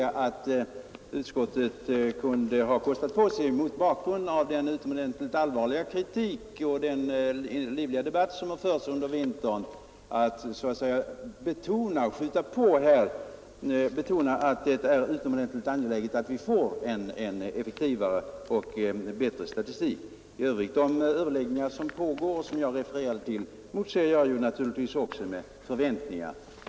Jag tycker dock att utskottet mot bakgrund av den utomordentligt allvarliga kritik och den livliga debatt som förekommit under vintern kunde ha kostat på sig att skjuta på och betona att det är utomordentligt angeläget att vi får en effektivare och bättre statistik. Resultatet av de överläggningar som pågår och som jag refererade till motser naturligtvis också jag med förväntningar.